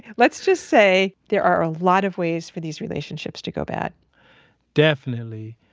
let's just say, there are a lot of ways for these relationships to go bad definitely.